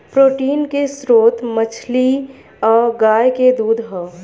protein के स्त्रोत मछली आ गाय के दूध ह